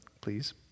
please